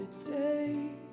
today